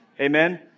Amen